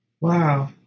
Wow